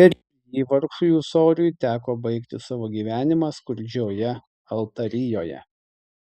per jį vargšui ūsoriui teko baigti savo gyvenimą skurdžioje altarijoje